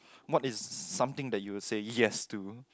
what is something that you will say yes to